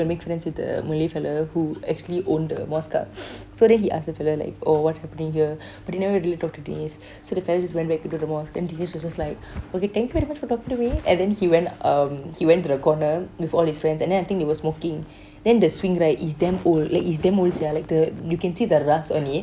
make friends with the malay fellow who actually owned the mosque ah so then he ask the fellow like oh what's happening here but he never really talk to dinesh so the fellow just went back into the mosque then dinesh was just like okay thanks very much for talking to me and then he went um he went to the corner with all his friends and then I think they were smoking then the swing right is damn old like is damn old sia like the you can see the rust on it